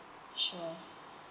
sure